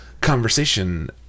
conversation